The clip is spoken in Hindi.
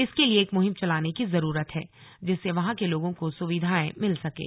इसके लिए एक मुहिम चलाने की जरूरत है जिससे वहां के लोगों को सुविधाएं मिल सकें